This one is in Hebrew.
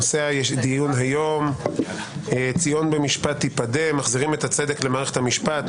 נושא הדיון היום ציון במשפט תיפדה מחזירים את הצדק למערכת המשפט.